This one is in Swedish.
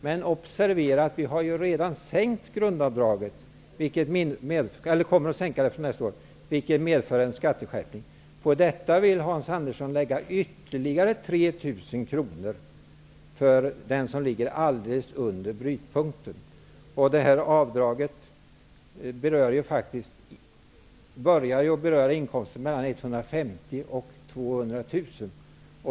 Men observera att vi kommer att sänka grundavdraget nästa år, vilket medför en skatteskärpning. Ovanpå detta vill Hans Andersson lägga ytterligare 3 000 kr för den som ligger alldeles under brytpunkten. Grundavdraget börjar ju att beröra inkomster mellan 150 000 kr och 200 000 kr.